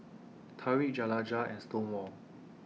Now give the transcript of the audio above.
Tarik Jaliyah and Stonewall